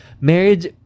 marriage